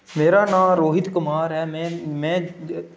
मेरा नांऽ रोहित कुमार ऐ में में